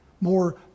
more